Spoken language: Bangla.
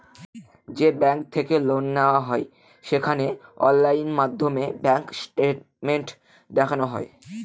যে ব্যাঙ্ক থেকে লোন নেওয়া হয় সেখানে অনলাইন মাধ্যমে ব্যাঙ্ক স্টেটমেন্ট দেখানো হয়